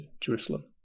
Jerusalem